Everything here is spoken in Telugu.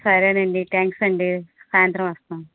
సరే అండి థ్యాంక్స్ అండి సాయంత్రం వస్తాము